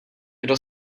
kdo